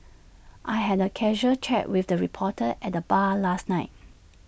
I had A casual chat with the reporter at the bar last night